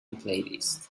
playlist